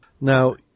Now